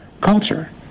culture